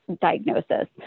diagnosis